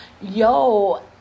Yo